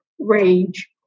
Rage